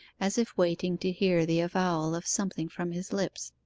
as if waiting to hear the avowal of something from his lips.